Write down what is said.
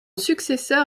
successeur